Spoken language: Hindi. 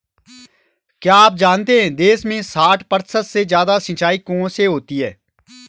क्या आप जानते है देश में साठ प्रतिशत से ज़्यादा सिंचाई कुओं से होती है?